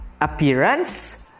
Appearance